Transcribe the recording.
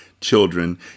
children